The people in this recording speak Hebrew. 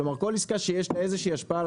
כלומר כל עסקה שיש לה איזושהי השפעה על